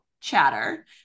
chatter